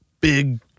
big